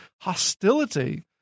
hostility